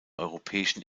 europäischen